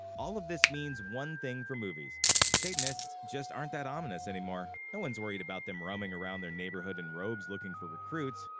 all of this means one thing for movies satanists just aren't that ominous anymore. no one's worried about them roaming around their neighborhood in robes looking for recruits.